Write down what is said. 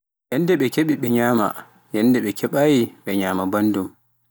yannde ɓe keɓi nyama yande ɓe kebaayi mɓe nyama bandum